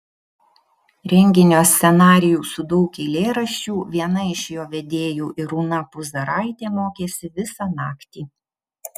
renginio scenarijų su daug eilėraščių viena iš jo vedėjų irūna puzaraitė mokėsi visą naktį